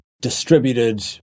distributed